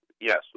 Yes